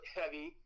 heavy